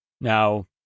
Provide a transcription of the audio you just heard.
Now